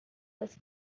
was